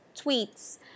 tweets